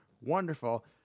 wonderful